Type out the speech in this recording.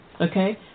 Okay